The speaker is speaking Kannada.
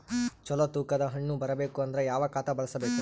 ಚಲೋ ತೂಕ ದ ಹಣ್ಣನ್ನು ಬರಬೇಕು ಅಂದರ ಯಾವ ಖಾತಾ ಬಳಸಬೇಕು?